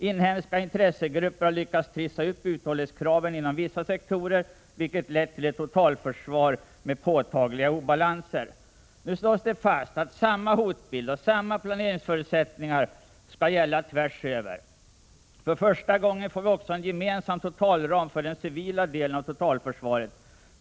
Inhemska intressegrupper har lyckats trissa upp uthållighetskraven inom vissa sektorer, vilket lett till ett totalförsvar med påtagliga obalanser. Nu slås det fast att samma hotbild och samma planeringsförutsättningar skall gälla tvärsöver. För första gången får vi också en gemensam totalram för den civila delen av totalförsvaret.